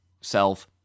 self